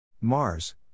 Mars